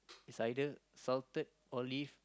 is either salted olive